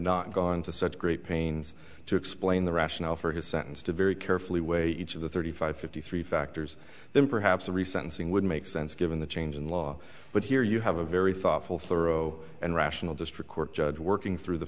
not gone to such great pains to explain the rationale for his sentence to very carefully weigh each of the thirty five fifty three factors then perhaps the recent thing would make sense given the change in law but here you have a very thoughtful thorough and rational district court judge working through the